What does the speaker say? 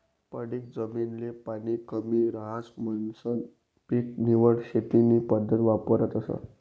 पडीक जमीन ले पाणी कमी रहास म्हणीसन पीक निवड शेती नी पद्धत वापरतस